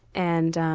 and